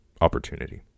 opportunity